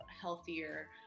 healthier